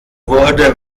wurde